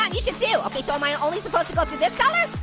um you should too. okay so am i only supposed to go through this color?